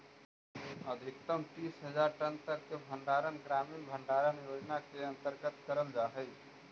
अधिकतम तीस हज़ार टन तक के भंडारण ग्रामीण भंडारण योजना के अंतर्गत करल जा हई